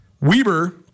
Weber